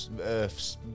Earth's